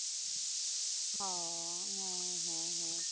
ᱚᱻ ᱦᱮᱸ ᱦᱮᱸ ᱦᱮᱸ